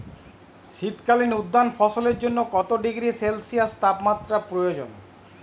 শীত কালীন উদ্যান ফসলের জন্য কত ডিগ্রী সেলসিয়াস তাপমাত্রা প্রয়োজন?